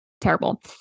terrible